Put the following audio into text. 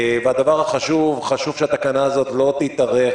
והדבר החשוב, חשוב שהתקנה הזאת ללא תתארך.